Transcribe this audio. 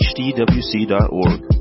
hdwc.org